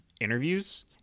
interviews